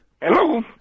Hello